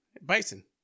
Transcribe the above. bison